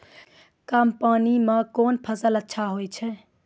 कम पानी म कोन फसल अच्छाहोय छै?